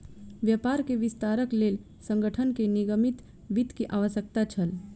व्यापार के विस्तारक लेल संगठन के निगमित वित्त के आवश्यकता छल